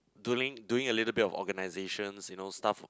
doing a little bit of organisations you know stuff